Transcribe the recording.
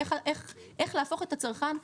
איך להפוך את הצרכן,